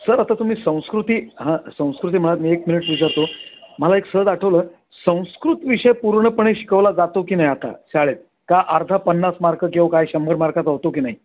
sir आता तुम्ही संस्कृती हां संस्कृती म्हणाल मी एक मिनिट विचारतो मला एक सहज आठवलं संस्कृत विषय पूर्णपणे शिकवला जातो की नाही आता शाळेत का अर्धा पन्नास मार्क किंवा काय शंभर मार्काचा होतो की नाही